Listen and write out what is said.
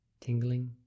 tingling